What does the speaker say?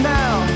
now